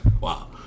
wow